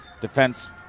defense